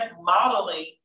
modeling